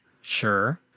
Sure